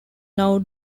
now